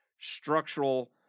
structural